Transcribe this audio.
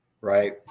right